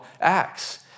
Acts